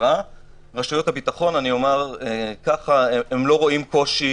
רשויות הביטחון הם לא רואים קושי